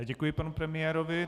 Děkuji panu premiérovi.